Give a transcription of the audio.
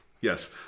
Yes